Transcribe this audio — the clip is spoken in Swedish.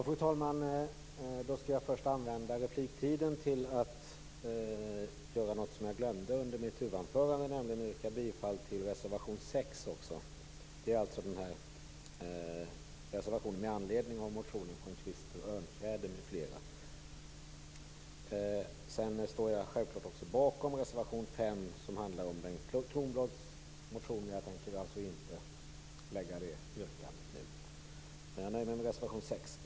Fru talman! Jag skall först använda repliktiden till att göra någonting som jag glömde i mitt huvudanförande, nämligen yrka bifall till reservation 6, med anledning av motionen av Krister Örnfjäder m.fl. Jag står självfallet också bakom reservation 5, som gäller Bengt Kronblads motion, men jag tänker inte lägga något yrkande om den nu.